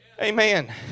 Amen